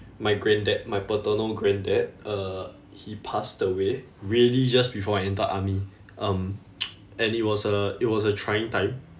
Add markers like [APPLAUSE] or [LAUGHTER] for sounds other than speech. my granddad my paternal granddad uh he passed away really just before I entered army um [NOISE] and it was a it was a trying time